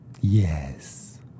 Yes